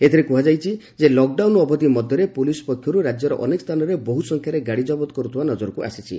ଏଥିରେ କୁହାଯାଇଛି ଯେ ଲକ୍ଡାଉନ୍ ଅବଧି ମଧ୍ଘରେ ପୋଲିସ ପକ୍ଷରୁ ରାକ୍ୟର ଅନେକ ସ୍ଥାନରେ ବହୁ ସଂଖ୍ୟାରେ ଗାଡ଼ି ଜବତ କରୁଥିବା ନଜରକୁ ଆସିଛି